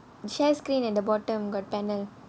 you share screen at the bottom got panel